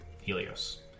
Helios